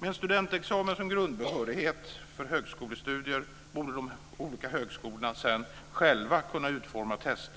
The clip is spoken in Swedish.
Med studentexamen som grundbehörighet för högskolestudier borde de olika högskolorna sedan själva kunna utforma test,